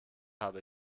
habe